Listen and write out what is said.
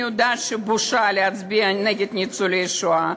אני יודעת שבושה להצביע נגד ניצולי השואה.